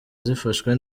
zifashwe